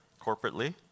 corporately